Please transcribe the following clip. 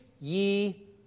ye